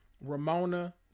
Ramona